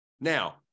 Now